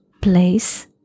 place